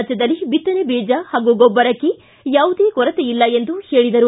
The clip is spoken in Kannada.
ರಾಜ್ಯದಲ್ಲಿ ಬಿತ್ತನೆ ಬೀಜ ಹಾಗೂ ಗೊಬ್ಬರಕ್ಕೆ ಯಾವುದೇ ಕೊರತೆ ಇಲ್ಲ ಎಂದು ಹೇಳಿದರು